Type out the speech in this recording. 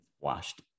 Washed